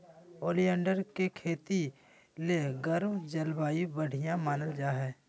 oleander के खेती ले गर्म जलवायु बढ़िया मानल जा हय